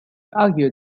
argued